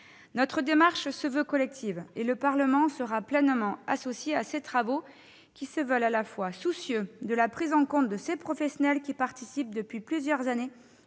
Notre démarche se veut collective et le Parlement sera pleinement associé à ces travaux, qui se veulent à la fois soucieux de la prise en compte de ces professionnels qui participent depuis plusieurs années